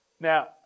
Now